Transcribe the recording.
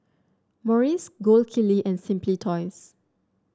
Morries Gold Kili and Simply Toys